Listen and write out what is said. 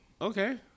Okay